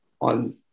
on